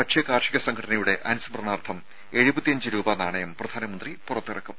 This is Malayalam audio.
ഭക്ഷ്യ കാർഷിക സംഘടനയുടെ അനുസ്മരണാർത്ഥം നാണയം പ്രധാനമന്ത്രി രൂപ പുറത്തിറക്കും